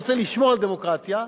ורוצה לשמור על דמוקרטיה,